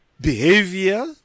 behavior